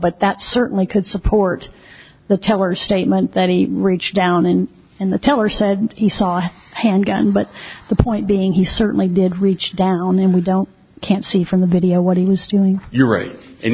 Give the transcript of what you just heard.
but that certainly could support the teller statement that he reached down and in the teller said he saw a handgun but the point being he certainly did reach down in without can't see from the video what he was doing you're right and